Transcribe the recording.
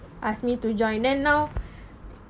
asked me to join then now